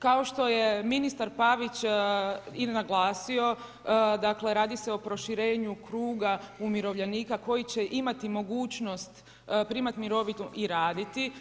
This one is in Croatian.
Kao što je ministar Pavić i naglasio radi se o proširenju kruga umirovljenika koji će imati mogućnost primati mirovinu i raditi.